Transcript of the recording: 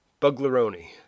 Buglaroni